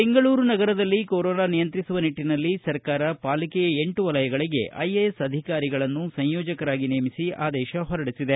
ಬೆಂಗಳೂರು ನಗರದಲ್ಲಿ ಕೊರೊನಾ ನಿಯಂತ್ರಿಸುವ ನಿಟ್ಟಿನಲ್ಲಿ ಸರ್ಕಾರ ಪಾಲಿಕೆಯ ಎಂಟು ವಲಯಗಳಿಗೆ ಐಎಎಸ್ ಅಧಿಕಾರಿಗಳನ್ನು ಸಂಯೋಜಕರಾಗಿ ನೇಮಿಸಿ ಆದೇಶ ಹೊರಡಿಸಿದೆ